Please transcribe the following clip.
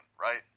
right